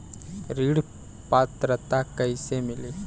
ऋण पात्रता कइसे मिली?